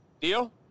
Deal